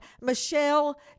Michelle